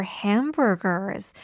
hamburgers